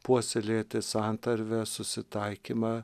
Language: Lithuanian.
puoselėti santarvę susitaikymą